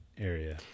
area